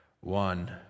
one